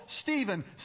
Stephen